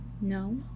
No